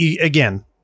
again